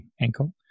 ankle